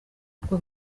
kuko